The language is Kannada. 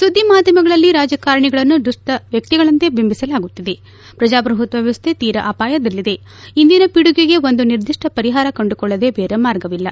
ಸುದ್ದಿ ಮಾಧ್ಯಮಗಳಲ್ಲಿ ರಾಜಕಾರಣಿಗಳನ್ನು ದುಷ್ಟ ವ್ಯಕ್ತಿಗಳಂತೆ ಬಿಂಬಿಸಲಾಗುತ್ತಿದೆ ಪ್ರಜಾಪ್ರಭುತ್ವ ವ್ಯವಸ್ಥೆ ತೀರಾ ಅಪಾಯದಲ್ಲಿದೆ ಇಂದಿನ ಪಿಡುಗಿಗೆ ಒಂದು ನಿರ್ದಿಷ್ಟ ಪರಿಹಾರ ಕಂಡುಕೊಳ್ಳದೆ ಬೇರೆ ಮಾರ್ಗವಿಲ್ಲ